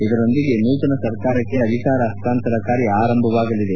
ಇದರೊಂದಿಗೆ ನೂತನ ಸರ್ಕಾರಕ್ಷೆ ಅಧಿಕಾರ ಹಸ್ತಾಂತರ ಕಾರ್ಯ ಆರಂಭವಾಗಲಿದೆ